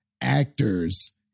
actors